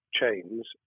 chains